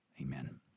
Amen